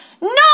No